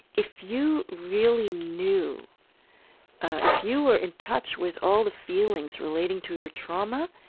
if you really knew if you were in touch with all the feelings relating to your trauma,